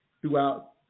throughout